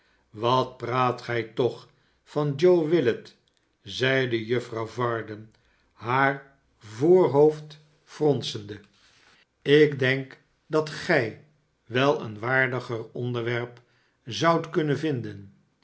wat praat gij toch van joe willet zeide juffrouw varden haar voorhoofd fronsende ik denk dat gij wel een waardiger onderwerp zoudt kunnen vinfe